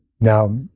Now